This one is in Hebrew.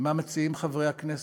מה מציעים חברי הכנסת?